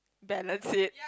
balance it